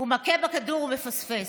הוא מכה בכדור ומפספס.